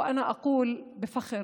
ואני אומרת בגאווה